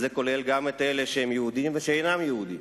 אז זה כולל את אלה שהם יהודים ואלה שאינם יהודים.